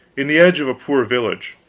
in the edge of a poor village.